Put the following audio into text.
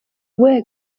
wear